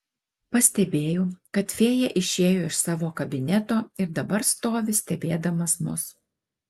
pastebėjau kad fėja išėjo iš savo kabineto ir dabar stovi stebėdamas mus